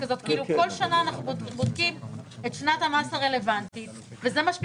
בכל שנה אנחנו בודקים את שנת המס הרלוונטית וזה מה שביקשנו,